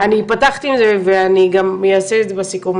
אני פתחתי עם זה ואני גם אעשה את זה בסיכום.